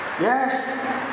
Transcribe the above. yes